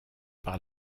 par